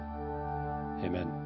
Amen